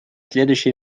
следующие